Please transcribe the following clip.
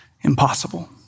impossible